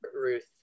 Ruth